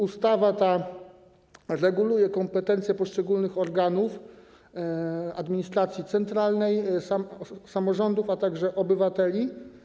Ustawa ta reguluje kompetencje poszczególnych organów administracji centralnej, samorządów, a także obywateli.